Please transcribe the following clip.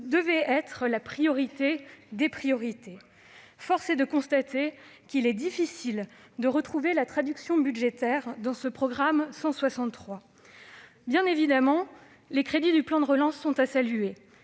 devait être la « première de toutes les priorités ». Force est de constater qu'il est difficile d'en retrouver la traduction budgétaire dans ce programme 163. Bien évidemment, les crédits du plan de relance sont à saluer.